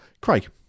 Craig